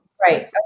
Right